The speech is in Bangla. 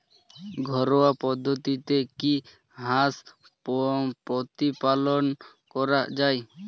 ঘরোয়া পদ্ধতিতে কি হাঁস প্রতিপালন করা যায়?